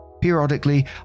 Periodically